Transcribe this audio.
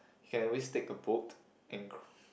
you can always take a boat and cro~